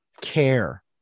care